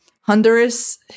Honduras